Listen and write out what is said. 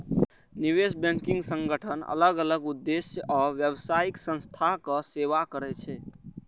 निवेश बैंकिंग संगठन अलग अलग उद्देश्य आ व्यावसायिक संस्थाक सेवा करै छै